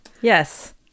Yes